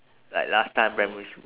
like last time primary school